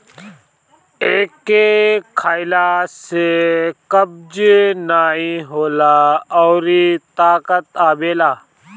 एके खइला से कब्ज नाइ होला अउरी ताकत आवेला